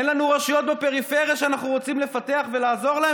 אין לנו רשויות בפריפריה שאנחנו רוצים לפתח ולעזור להן?